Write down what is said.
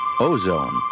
Ozone